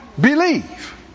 believe